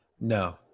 no